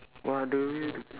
what do you do